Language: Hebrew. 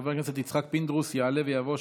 חבר הכנסת יצחק פינדרוס יעלה ויבוא.